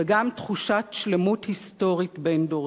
וגם תחושת שלמות היסטורית בין-דורית.